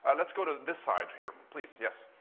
and let's go to this side here. please, yes.